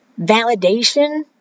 Validation